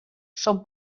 són